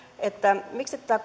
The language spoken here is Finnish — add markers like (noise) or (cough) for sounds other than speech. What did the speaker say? miksi tätä (unintelligible)